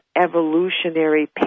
evolutionary